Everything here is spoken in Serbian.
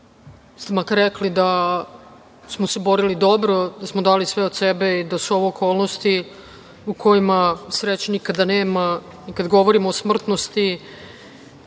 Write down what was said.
ste makar rekli da smo se borili dobro, da smo dali sve od sebe i da su ovo okolnosti u kojima sreće nikada nema. Kada govorimo o smrtnosti